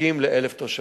תיקים ל-1,000 תושבים.